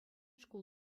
шкул